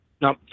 No